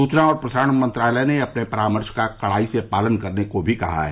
सुवना और प्रसारण मंत्रालय ने अपने परामर्श का कड़ाई से पालन करने को भी कहा है